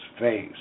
face